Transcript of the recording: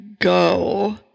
go